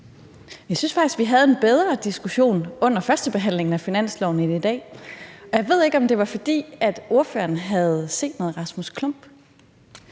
Jeg synes faktisk, vi havde en bedre diskussion under førstebehandlingen af finanslovsforslaget end i dag, og jeg ved ikke, om det var, fordi ordføreren havde set noget Rasmus Klump.